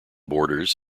boarders